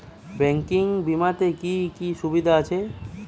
Banking বিমাতে কি কি সুবিধা আছে?